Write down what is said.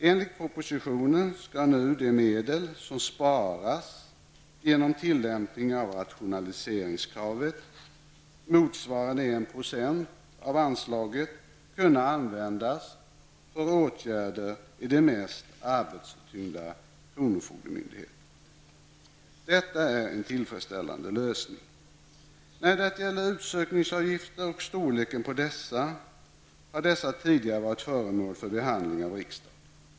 Enligt propositionen skall nu de medel som sparas in genom tillämpning av rationaliseringskravet motsvarande 1 % av anslaget kunna användas för åtgärder på de mest arbetstyngda kronofogdemyndigheterna. Detta är en tillfredsställande lösning. Utsökningsavgifter och storleken på dessa har tidigare varit föremål för behandling av riksdagen.